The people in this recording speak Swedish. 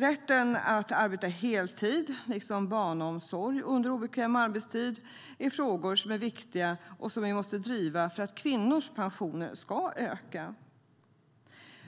Rätten att arbeta heltid liksom barnomsorg under obekväm arbetstid är frågor som är viktiga och som vi måste driva för att kvinnors pensioner ska öka.